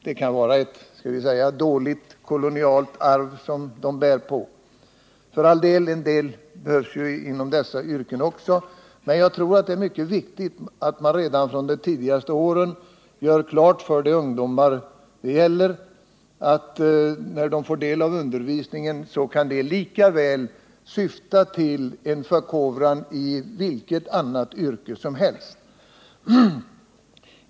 Det kan vara ett, om man så får säga, dåligt kolonialt arv som de bär på. För all del, också sådan yrkesutbildning behövs, men jag tror att det är mycket viktigt att de ungdomar det gäller så tidigt som möjligt får klart för sig att undervisningen lika väl kan syfta till en förkovran i yrken av andra slag.